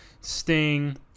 Sting